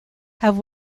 have